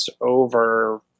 over